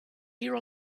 here